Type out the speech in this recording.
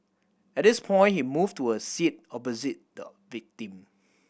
at this point he moved to a seat opposite the victim